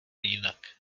jinak